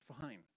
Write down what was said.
fine